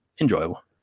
enjoyable